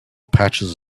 patches